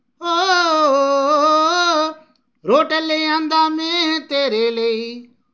ओ रुट्ट लेआंदा मैं तेरे लेई